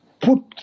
put